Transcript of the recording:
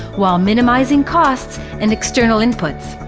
while minimizing costs and external input.